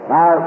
Now